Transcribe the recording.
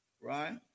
Right